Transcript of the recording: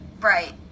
Right